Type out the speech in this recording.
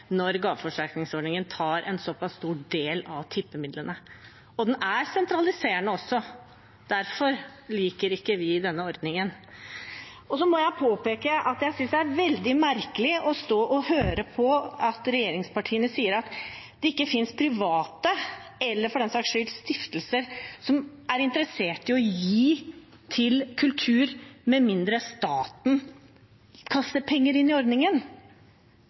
når ordningen tar en såpass stor del av tippemidlene. Den er også sentraliserende. Derfor liker ikke vi denne ordningen. Jeg må også påpeke at jeg synes det er veldig merkelig å høre regjeringspartiene si at det ikke finnes private eller stiftelser – for den sakens skyld – som er interessert i å gi til kultur med mindre staten kaster penger inn i ordningen.